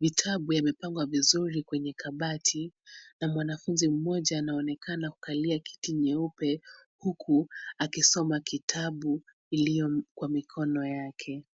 Vitabu vimepangwa vizuri kwenye kabati na mwanafunzi mmoja anaonekana kukalia kiti nyeupe huku akisoma kitabu iliyo kwa mikono yake.